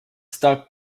stuck